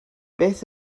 beth